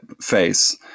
phase